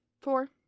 four